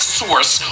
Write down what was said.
source